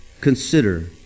consider